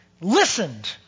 listened